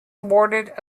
awarded